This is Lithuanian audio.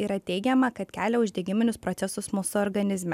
yra teigiama kad kelia uždegiminius procesus mūsų organizme